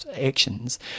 actions